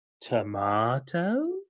tomato